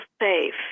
safe